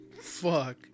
Fuck